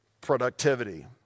Productivity